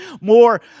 More